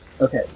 Okay